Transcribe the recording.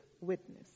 witness